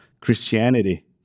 Christianity